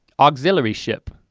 auxiliary ship,